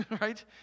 right